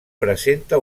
presenta